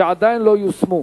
שעדיין לא יושמו.